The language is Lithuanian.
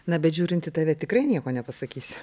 na bet žiūrint į tave tikrai nieko nepasakysi